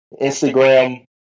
Instagram